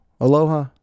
Aloha